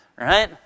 right